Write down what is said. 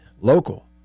local